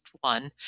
one